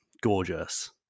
gorgeous